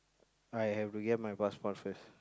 I have to get my passport first